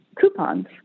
coupons